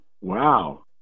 Wow